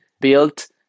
built